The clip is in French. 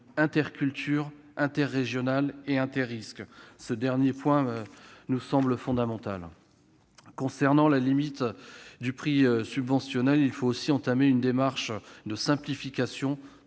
inter-cultures inter-régionale et inter-risques. Ce dernier point est fondamental. Concernant la limite du prix subventionnable, il faut aussi entamer une démarche de simplification